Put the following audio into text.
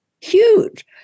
huge